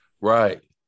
Right